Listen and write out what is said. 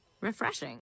Refreshing